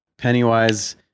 Pennywise